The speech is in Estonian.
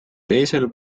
teisel